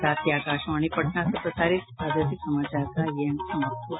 इसके साथ ही आकाशवाणी पटना से प्रसारित प्रादेशिक समाचार का ये अंक समाप्त हुआ